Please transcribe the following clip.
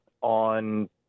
on